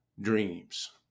dreams